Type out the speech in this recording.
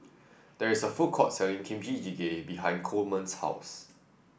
there is a food court selling Kimchi Jjigae behind Coleman's house